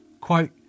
Quote